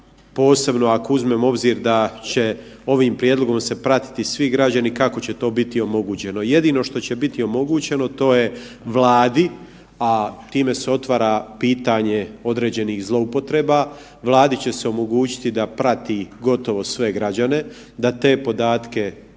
posebno ako uzmemo u obzir da će ovim prijedlogom se pratiti svi građani, kako će to biti omogućeno. Jedino što će biti omogućeno to je Vladi, a time se otvara pitanje određenih zloupotreba, Vladi će se omogućiti da prati gotovo sve građane, da te podatke